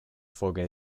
forget